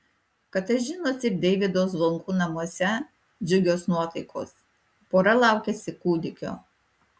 katažinos ir deivydo zvonkų namuose džiugios nuotaikos pora laukiasi kūdikio